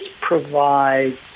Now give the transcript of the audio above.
provides